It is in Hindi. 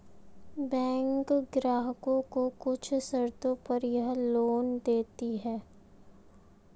बैकें ग्राहकों को कुछ शर्तों पर यह लोन देतीं हैं